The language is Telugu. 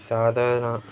సాధారణ